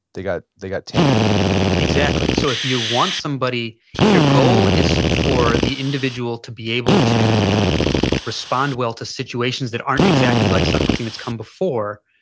they got they got tanked exactly. so if you want somebody, if your goal is for the individual to be able to respond well to situations that aren't exactly like something that's come before,